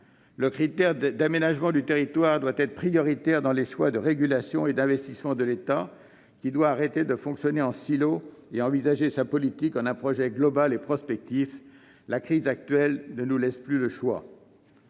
Le critère d'aménagement du territoire doit être prioritaire dans les choix de régulation et d'investissement de l'État, lequel doit cesser de fonctionner en silos et envisager sa politique comme un projet global et prospectif. La crise actuelle ne nous laisse plus le choix.